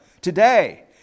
today